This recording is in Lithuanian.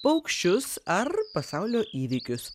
paukščius ar pasaulio įvykius